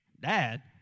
dad